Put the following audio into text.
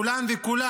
את כולם וכולן